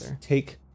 take